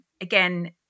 again